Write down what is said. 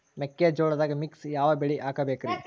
ಮೆಕ್ಕಿಜೋಳದಾಗಾ ಮಿಕ್ಸ್ ಯಾವ ಬೆಳಿ ಹಾಕಬೇಕ್ರಿ?